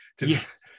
Yes